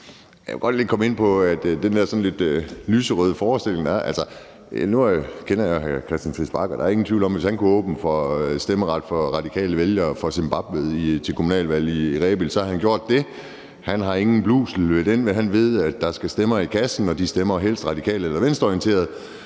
Jeg vil godt lige komme ind på den der sådan lidt lyserøde forestilling, der er. Nu kender jeg hr. Christian Friis Bach, og der er ingen tvivl om, at hvis han kunne åbne for stemmeret for radikale vælgere fra Zimbabwe til kommunalvalg i Rebild, så havde han gjort det. Han har ingen blusel; han ved, at der skal stemmer i kassen, og de stemmer helst radikalt eller venstreorienteret.